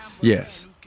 Yes